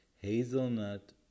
Hazelnut